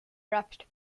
wrapped